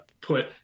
put